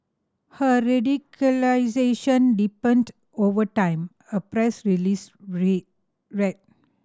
her radicalisation deepened over time a press release read read